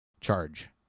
charge